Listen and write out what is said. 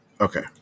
okay